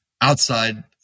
outside